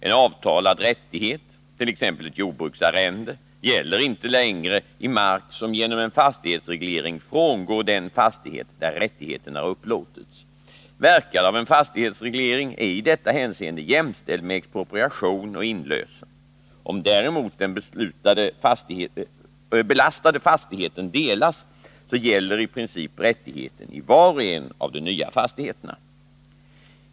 En avtalad rättighet, t.ex. ett jordbruksarrende, gäller inte längre i mark som genom en fastighetsreglering frångår den fastighet där rättigheten har upplåtits. Verkan av en fastighetsreglering är i detta hänseende jämställd med expropriation och inlösen. Om däremot den belastade fastigheten delas så gäller i princip rättigheten i var och en av de nya fastigheterna.